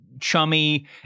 chummy